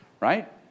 right